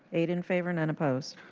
eight in favor none opposed.